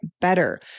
better